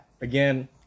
Again